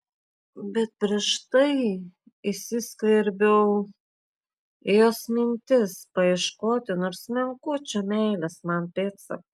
bet prieš tai įsiskverbiau į jos mintis paieškoti nors menkučio meilės man pėdsako